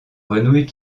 grenouilles